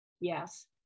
yes